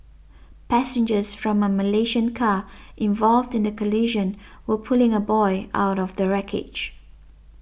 passengers from a Malaysian car involved in the collision were pulling a boy out of the wreckage